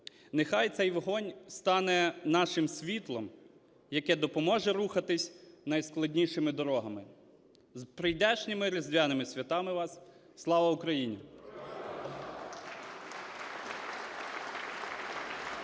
Нехай цей вогонь стане нашим світлом, яке допоможе рухатись найскладнішими дорогами. З прийдешніми Різдвяними святами вас! Слава Україні! (Оплески)